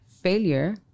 Failure